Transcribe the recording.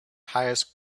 highest